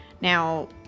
Now